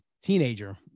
teenager